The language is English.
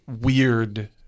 weird –